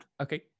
Okay